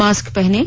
mask पहनें